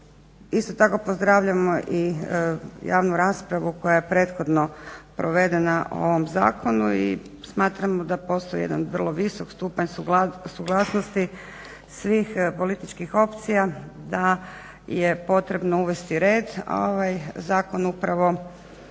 Isto tako pozdravljamo i javnu raspravu koja je prethodno provedena o ovom zakonu i smatramo da postoji jedan vrlo visok stupanj suglasnosti svih političkih opcija, da je potrebno uvesti red, a ovaj zakon upravo